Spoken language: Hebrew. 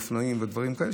אופנועים ודברים כאלה.